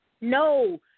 No